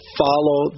follow